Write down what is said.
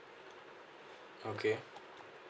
okay